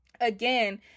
again